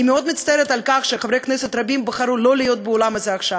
אני מאוד מצטערת על כך שחברי כנסת רבים בחרו שלא להיות באולם הזה עכשיו.